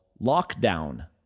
Lockdown